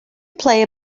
play